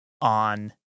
on